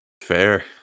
Fair